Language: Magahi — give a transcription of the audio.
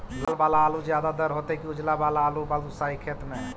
लाल वाला आलू ज्यादा दर होतै कि उजला वाला आलू बालुसाही खेत में?